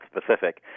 specific